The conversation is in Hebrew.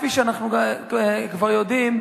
כפי שאנחנו כבר יודעים,